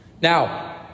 Now